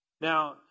Now